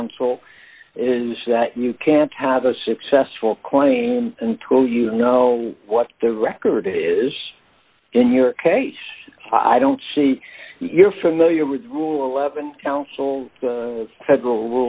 counsel is that you can't have a successful claim and tool you know what the record is in your case i don't see you're familiar with rule eleven counsels federal